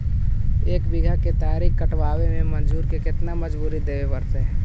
एक बिघा केतारी कटबाबे में मजुर के केतना मजुरि देबे पड़तै?